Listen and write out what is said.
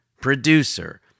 producer